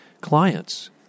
clients